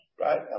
Right